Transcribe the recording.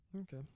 Okay